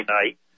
night